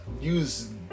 use